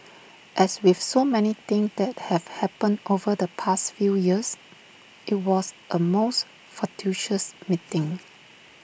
as with so many things that have happened over the past few years IT was A most fortuitous meeting